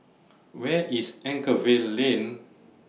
Where IS Anchorvale Lane